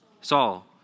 Saul